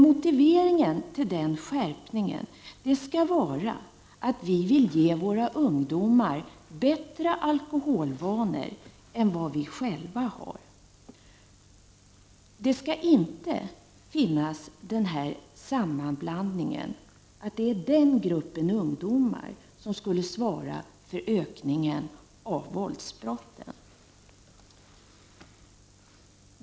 Motiveringen för den skärpningen skall dock vara att vi vill ge våra ungdomar bättre alkoholvanor än vad vi själva har. Sammanblandningen att det är den gruppen ungdomar som skulle svara för ökningen av våldsbrotten skall inte få finnas.